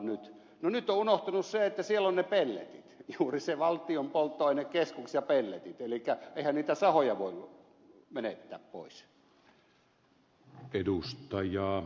no nyt on unohtunut se että siellä on ne pelletit juuri se valtion polttoainekeskus ja pelletit elikkä eihän niitä sahoja voi menettää pois